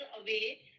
away